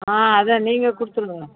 ஆ அதுதான் நீங்கள் கொடுத்துடுங்க